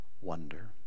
wonder